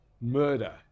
murder